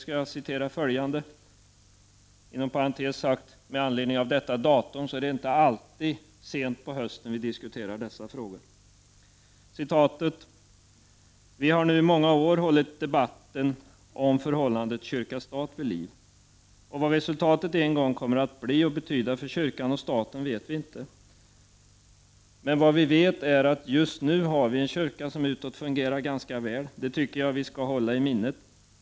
Jag vill citera ur riksdagsdebatten den 25 februari 1976: ”Vi har nu i många år hållit debatten om förhållandet kyrka-stat vid liv. Och vad resultatet en gång kommer att bli och betyda för kyrkan och staten vet vi inte. Men vad vi vet är att vi just nu har en kyrka som utåt fungerar ganska väl, det tycker jag vi skall hålla i minnet.